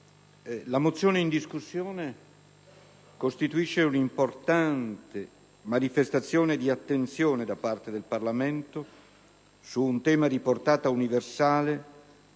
la mozione in discussione costituisce un'importante manifestazione di attenzione da parte del Parlamento su un tema di portata universale